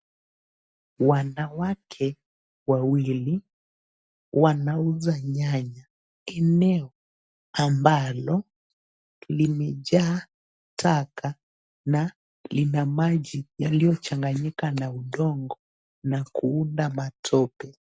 Wanawake wawili wanauza nyanya eneo ambalo limejaa taka na lina maji yaliyochanganyika na udongo na kuunda matope.